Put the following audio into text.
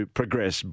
progress